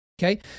Okay